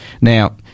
Now